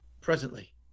presently